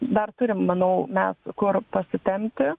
dar turim manau mes kur pasitemti